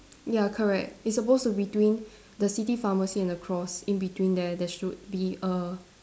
ya correct it's supposed to between the city pharmacy and the cross in between there there should be a